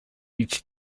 each